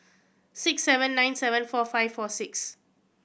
six seven nine seven four five four six